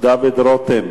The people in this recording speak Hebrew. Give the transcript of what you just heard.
דוד רותם,